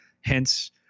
hence